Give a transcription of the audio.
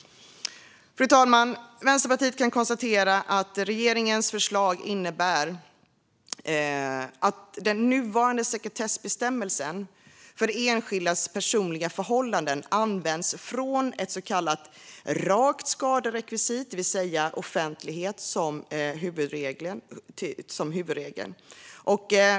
Fru talman! Vänsterpartiet kan konstatera att regeringens förslag innebär att den nuvarande sekretessbestämmelsen för enskildas personliga förhållanden ändras till ett så kallat rakt skaderekvisit, det vill säga offentlighet som huvudregel.